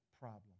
problem